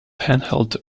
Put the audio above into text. handheld